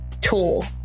tool